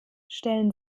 stellen